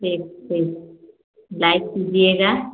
ठीक ठीक लाइक कीजिएगा